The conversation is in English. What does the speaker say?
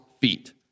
feet